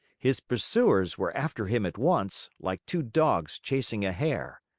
his pursuers were after him at once, like two dogs chasing a hare.